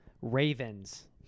Ravens